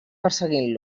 perseguint